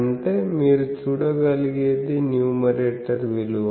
అంటే మీరు చూడగలిగేది న్యూమరేటర్ విలువ